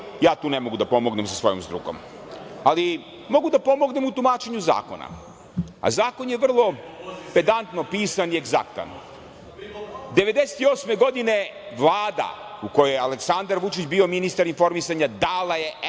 ja tu ne mogu da pomognem sa svojom strukom. Ali, mogu da pomognem u tumačenju zakona. Zakon je vrlo pedantno pisan i egzaktan. Godine 1998. Vlada u kojoj je Aleksandar Vučić bio ministar informisanja dala je